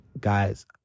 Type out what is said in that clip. guys